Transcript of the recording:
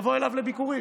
תבוא אליו לביקורים?